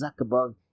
Zuckerberg